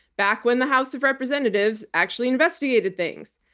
back when the house of representatives actually investigated things.